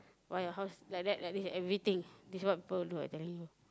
why your house like that like this everything this is what people will do I telling you